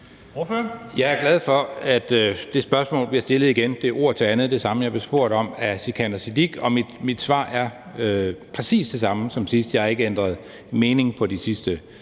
Jeg er glad for, at det spørgsmål bliver stillet igen. Det er ord til andet det samme, som jeg blev spurgt om af hr. Sikandar Siddique, og mit svar er præcis det samme som sidst – jeg har ikke ændret mening på de sidste fem